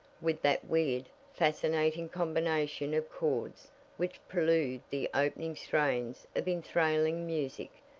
with that weird, fascinating combination of chords which prelude the opening strains of enthralling music.